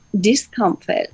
discomfort